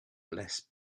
less